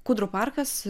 kūdrų parkas